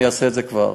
אעשה את זה כבר.